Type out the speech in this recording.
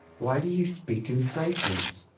why do you speak in ciphers?